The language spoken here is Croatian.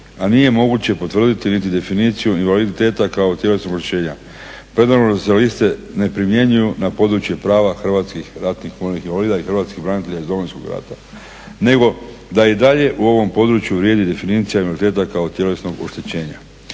a nije moguće potvrditi niti definiciju invaliditeta kao tjelesnog oštećenja. …/Govornik se ne razumije./… liste ne primjenjuju na području prava Hrvatskih ratnih vojnih invalida i Hrvatskih branitelja iz Domovinskog rata, nego da i dalje u ovom području vrijedi definicija invaliditeta kao tjelesnog oštećenja.